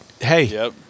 Hey